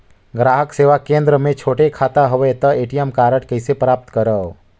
ग्राहक सेवा केंद्र मे छोटे खाता हवय त ए.टी.एम कारड कइसे प्राप्त करव?